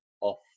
off